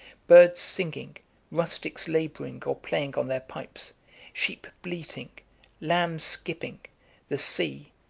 birds singing rustics laboring, or playing on their pipes sheep bleating lambs skipping the sea,